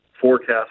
forecast